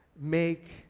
make